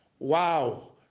wow